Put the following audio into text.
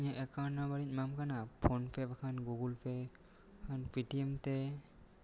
ᱤᱧᱟᱹᱜ account number ᱤᱧ ᱮᱢᱟᱢ ᱠᱟᱱᱟ ᱯᱷᱚᱱ ᱯᱮ ᱵᱟᱠᱷᱟᱱ ᱜᱩᱜᱩᱞ ᱯᱮ ᱟᱨ ᱯᱤ ᱴᱤ ᱮᱢ ᱛᱮ